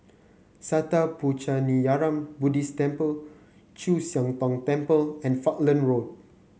Sattha Puchaniyaram Buddhist Temple Chu Siang Tong Temple and Falkland Road